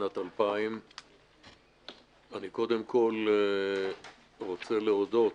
שנת 2000. קודם כול אני רוצה להודות